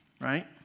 right